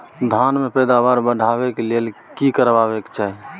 खेत के पैदावार बढाबै के लेल की करबा के चाही?